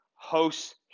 hosts